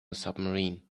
submarine